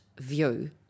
view